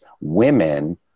women